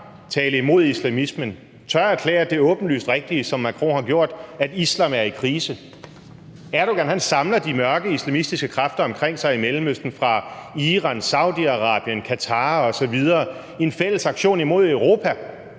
tale imod islamismen og tør erklære det åbenlyst rigtige, som Macron har gjort det, at islam er i krise. Erdogan samler de mørke islamistiske kræfter i Mellemøsten omkring sig, fra Iran, Saudi-Arabien, Qatar osv., i en fælles aktion imod Europa.